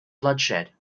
bloodshed